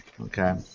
Okay